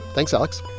thanks, alex